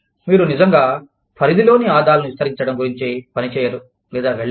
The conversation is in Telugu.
మీరు నిజంగా పరిధి లోని ఆదాలను విస్తరించడం గురించి పని చేయరు లేదా వెళ్లరు